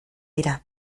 dira